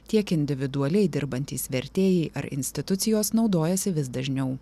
tiek individualiai dirbantys vertėjai ar institucijos naudojasi vis dažniau